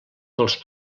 dels